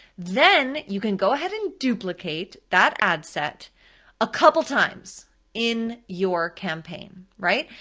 then you can go ahead and duplicate that ad set a couple times in your campaign, right?